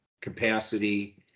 capacity